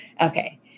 okay